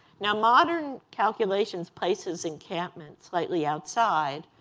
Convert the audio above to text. now modern calculations places encampment slightly outside,